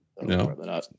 No